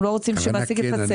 אנחנו לא רוצים שמעסיק יפצל,